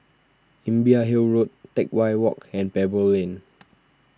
Imbiah Hill Road Teck Whye Walk and Pebble Lane